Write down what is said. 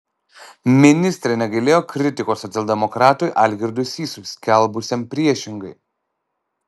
ministrė negailėjo kritikos socialdemokratui algirdui sysui skelbusiam priešingai